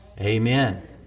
Amen